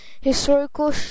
historical